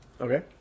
Okay